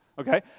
Okay